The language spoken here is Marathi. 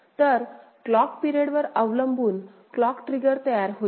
तर क्लॉक पिरियड वर अवलंबुन क्लॉक ट्रिगर तयार होईल